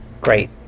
Great